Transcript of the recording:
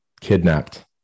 kidnapped